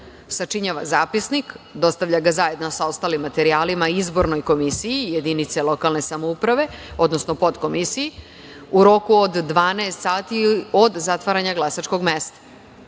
Sačinjava zapisnik, dostavlja ga zajedno sa ostalim materijalima izbornoj komisiji jedinice lokalne samouprave, odnosno podkomisiji u roku od 12 sati od zatvaranja glasačkog mesta. Kada